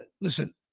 listen